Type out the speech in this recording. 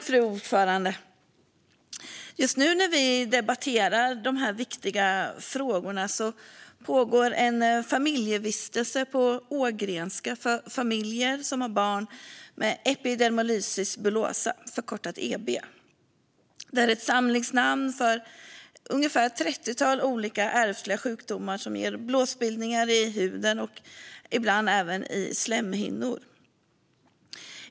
Fru talman! Just när vi debatterar dessa viktiga frågor pågår en familjevistelse på Ågrenska för familjer som har barn med epidermolysis bullosa, förkortat EB. Det är ett samlingsnamn för ett trettiotal olika ärftliga sjukdomar som ger blåsbildningar i huden och ibland även i slemhinnor.